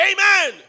Amen